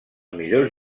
millors